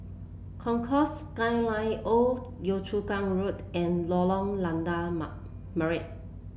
Concourse Skyline Old Yio Chu Kang Road and Lorong Lada Ma Merah